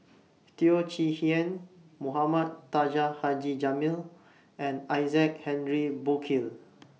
Teo Chee Hean Mohamed Taha Haji Jamil and Isaac Henry Burkill